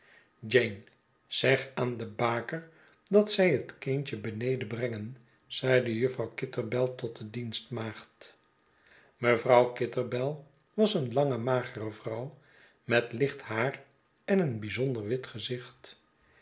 jane zeg aan de baker dat zij het kind je beneden brenge zeide mevrouw kitterbell tot de dienstmaagd mevrouw kitterbell was een lange magere vrouw met licht haar en een bijzonder wit gezicht